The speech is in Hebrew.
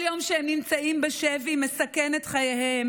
כל יום שבו הם נמצאים בשבי מסכן את חייהם.